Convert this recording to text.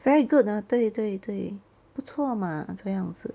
very good ah 对对对不错嘛这样子